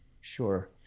Sure